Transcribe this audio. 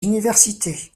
universités